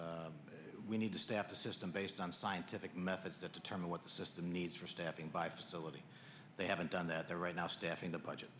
we need to staff a system based on scientific methods that determine what the system needs for staffing by facility they haven't done that there right now staffing the budget